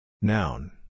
Noun